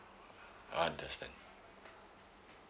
understand